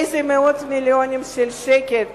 על איזה מאות מיליונים של שקלים